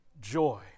joy